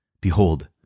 Behold